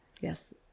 Yes